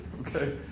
Okay